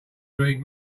read